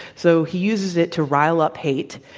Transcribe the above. so, he uses it to rile up hate,